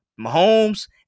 Mahomes